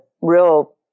real